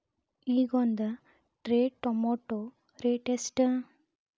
ಈಗ ಒಂದ್ tray tomato rate ಎಷ್ಟ?